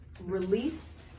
Released